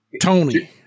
Tony